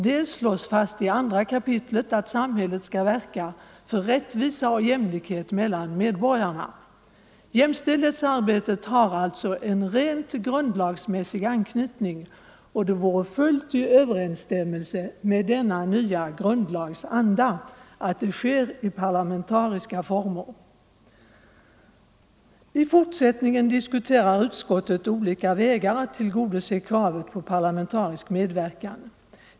I 2 kap. slås fast att samhället skall verka för rättvisa och jämlikhet mellan medborgarna. Jämställdhetsarbetet har alltså en rent grundlagmässig anknytning, och det vore fullt i överensstämmelse med denna nya grundlagsanda att det sker i parlamentariska former. I fortsättningen diskuterar utskottet olika vägar att tillgodose kravet på parlamentarisk medverkan.